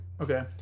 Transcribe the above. Okay